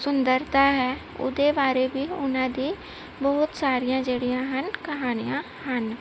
ਸੁੰਦਰਤਾ ਹੈ ਉਹਦੇ ਬਾਰੇ ਵੀ ਉਹਨਾਂ ਦੀ ਬਹੁਤ ਸਾਰੀਆਂ ਜਿਹੜੀਆਂ ਹਨ ਕਹਾਣੀਆਂ ਹਨ